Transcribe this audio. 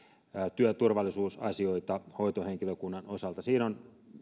työturvallisuusasioita hoitohenkilökunnan osalta siinä on